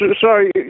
Sorry